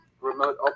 remote